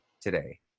today